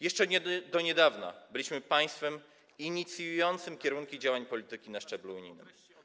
Jeszcze do niedawna byliśmy państwem inicjującym kierunki działań polityki na szczeblu unijnym.